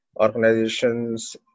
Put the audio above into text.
organizations